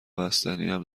بستنیم